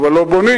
אבל לא בונים.